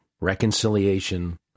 reconciliation